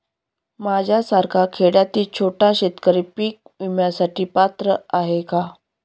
माझ्यासारखा खेड्यातील छोटा शेतकरी पीक विम्यासाठी पात्र आहे का?